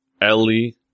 Ellie